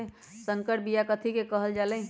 संकर बिया कथि के कहल जा लई?